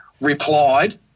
replied